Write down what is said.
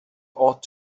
ought